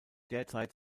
derzeit